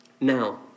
Now